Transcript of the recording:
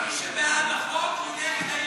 מי שבעד החוק הוא נגד האי-אמון.